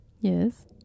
Yes